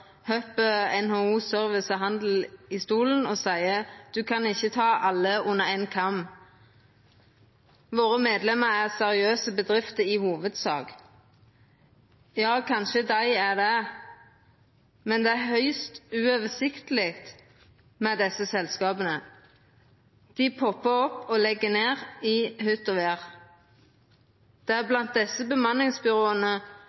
NHO Service og Handel i stolen og seier at ein ikkje kan skjera alle over éin kam, og at deira bedrifter i hovudsak er seriøse. Dei er kanskje det, men det er høgst uoversiktleg med desse selskapa. Dei poppar opp og legg ned i hytt og